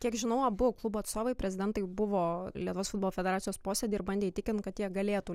kiek žinau abu klubo atstovai prezidentai buvo lietuvos futbolo federacijos posėdy ir bandė įtikint kad jie galėtų